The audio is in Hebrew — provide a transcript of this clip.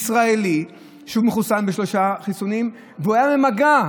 ישראלי שמחוסן בשלושה חיסונים והוא היה במגע,